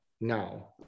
now